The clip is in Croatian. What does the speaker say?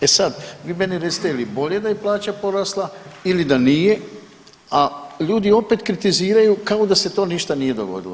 E sad vi meni recite je li bolje da je plaća porasla ili da nije, a ljudi opet kritiziraju kao da se to ništa nije dogodilo.